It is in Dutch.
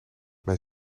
mijn